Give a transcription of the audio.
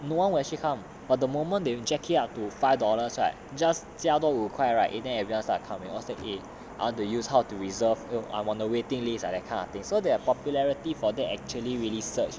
no one will actually come but the moment they jack it up to five dollars right just 加多五块 right in the end everyone feel like coming was like eh how to use how to reserve I'm on the waiting list like that !huh! so their popularity for that actually really search